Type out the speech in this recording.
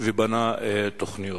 ובנה תוכניות.